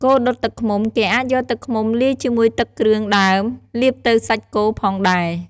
គោដុតទឹកឃ្មុំ គេអាចយកទឹកឃ្មុំលាយជាមួយទឹកគ្រឿងដើម លាបទៅសាច់គោផងដែរ។